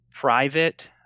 private